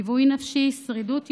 ליווי נפשי, שרידות יומית,